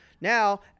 now